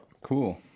Cool